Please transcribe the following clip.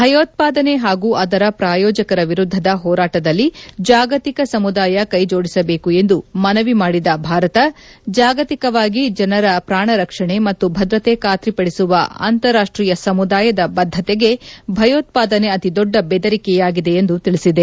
ಭಯೋತ್ವಾದನೆ ಹಾಗೂ ಅದರ ಪ್ರಾಯೋಜಕರ ವಿರುದ್ದದ ಹೋರಾಟದಲ್ಲಿ ಜಾಗತಿಕ ಸಮುದಾಯ ಕೈಜೋಡಿಸಬೇಕು ಎಂದು ಮನವಿ ಮಾಡಿದ ಭಾರತ ಜಾಗತಿಕವಾಗಿ ಜನರ ಪ್ರಾಣರಕ್ಷಣೆ ಮತ್ತು ಭದ್ರತೆ ಖಾತ್ರಿಪಡಿಸುವ ಅಂತಾರಾಷ್ಷೀಯ ಸಮುದಾಯದ ಬದ್ದತೆಗೆ ಭಯೋತ್ವಾದನೆ ಅತಿದೊಡ್ಡ ಬೆದರಿಕೆಯಾಗಿದೆ ಎಂದು ತಿಳಿಸಿದೆ